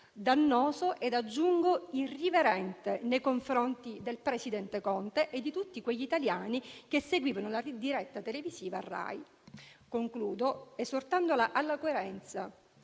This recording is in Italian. Dannoso ed aggiungo irriverente, nei confronti del presidente Conte e di tutti quegli italiani che seguivano la diretta televisiva Rai. Concludo esortandola alla coerenza: